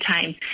time